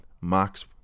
Max